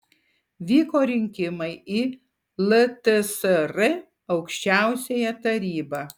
vyko rinkimai į ltsr aukščiausiąją tarybą